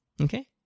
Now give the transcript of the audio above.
Okay